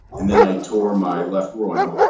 and then i tore my left groin